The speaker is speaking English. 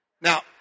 Now